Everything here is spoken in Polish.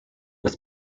bez